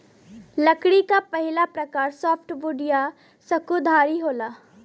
लकड़ी क पहिला प्रकार सॉफ्टवुड या सकुधारी होला